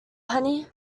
honey